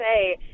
say